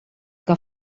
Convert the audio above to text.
que